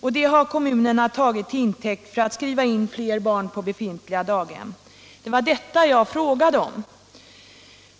och det har kommunerna tagit till intäkt för att skriva in fler barn på befintliga daghem. Det var detta jag frågade om.